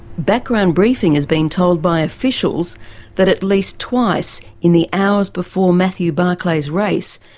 background briefing has been told by officials that at least twice in the hours before matthew barclay's race,